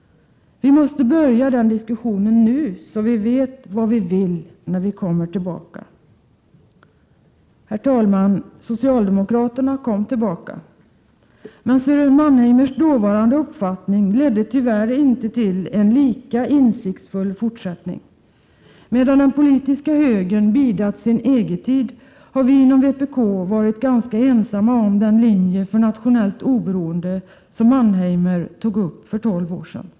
Vi måste börja den diskussionen nu — så vi vet vad vi vill när vi kommer tillbaka.” Herr talman! Socialdemokraterna kom tillbaka, men Sören Mannheimers dåvarande uppfattning ledde tyvärr inte till en lika insiktsfull fortsättning. Medan den politiska högern bidat sin EG-tid har vi inom vpk varit ganska ensamma om den linje för nationellt oberoende som Mannheimer lanserade för tolv år sedan.